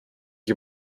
ich